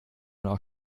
man